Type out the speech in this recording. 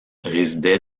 résidait